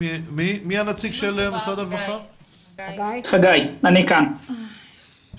אני מקווה, חגי, ששמעת את ההקדמות